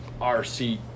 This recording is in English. RC